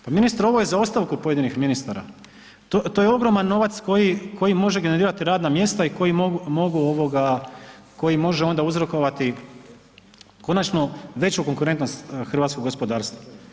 Pa ministre ovo je za ostavku pojedinih ministara, to je ogroman novac koji može generirati radna mjesta i koji mogu ovoga, koji može onda uzrokovati konačno veću konkurentnost hrvatskog gospodarstva.